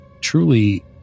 truly